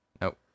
Nope